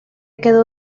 quedó